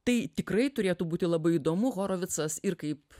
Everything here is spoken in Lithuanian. tai tikrai turėtų būti labai įdomu horovicas ir kaip